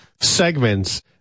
segments